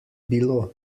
bilo